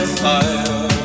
fire